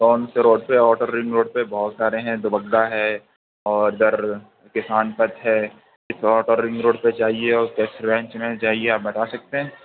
کون سے روڈ پہ آوٹر رنگ روڈ پہ بہت سارے ہیں دوبگہ ہے اور اِدھر کسان پتھ ہے کس آوٹر رنگ روڈ پہ چاہیے کس رینچ میں چاہیے آپ بتا سکتے ہیں